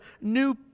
new